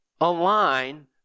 align